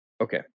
Okay